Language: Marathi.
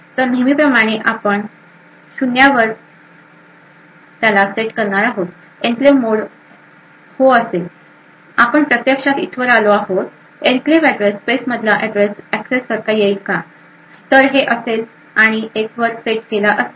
तर नेहमीप्रमाणे आपण शून्यावर सेट करणार आहोत एन्क्लेव्ह मोड हो असेल आपण प्रत्यक्षात इथवर आलो आहोत एन्क्लेव्ह ऍड्रेस स्पेस मधला ऍड्रेस एक्सेस करता येईल का तर हे हो असेल आणि एक वर सेट केला असेल